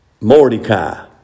Mordecai